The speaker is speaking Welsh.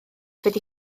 wedi